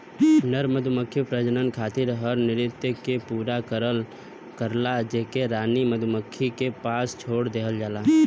नर मधुमक्खी प्रजनन खातिर हर नृत्य के पूरा करला जेके रानी मधुमक्खी के पास छोड़ देहल जाला